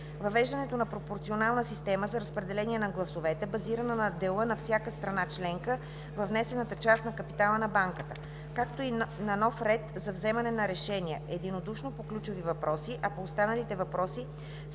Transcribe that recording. въвеждане на пропорционална система за разпределение на гласовете, базирана на дела на всяка страна членка във внесената част на капитала на банката, както и на нов ред за вземане на решения (единодушно по ключови въпроси, а по останалите въпроси